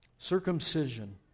Circumcision